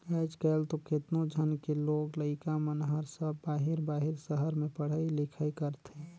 आयज कायल तो केतनो झन के लोग लइका मन हर सब बाहिर बाहिर सहर में पढ़ई लिखई करथे